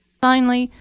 finally,